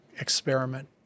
experiment